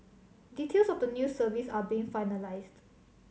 details of the new service are being finalised